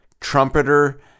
trumpeter